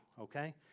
okay